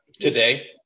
Today